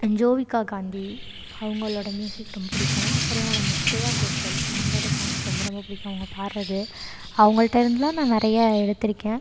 ஜோவிகா காந்தி அவங்களோட மியூசிக் ரொம்ப பிடிக்கும் அப்புறம் யா நம்ம ஸ்ரேயா கோஷல் அவங்களோட சாங்ஸ் ரொம்ப ரொம்ப பிடிக்கும் அவங்க பாடுறது அவங்கள்ட்ட இருந்துலாம் நான் நிறைய எடுத்திருக்கேன்